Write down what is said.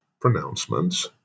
pronouncements